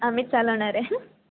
आम्हीच चालवणार आहे